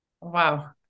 wow